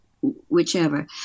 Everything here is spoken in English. whichever